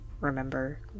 remember